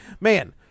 man